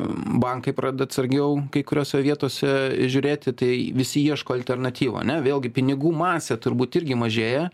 bankai pradeda atsargiau kai kuriose vietose žiūrėti tai visi ieško alternatyvų ane vėlgi pinigų masė turbūt irgi mažėja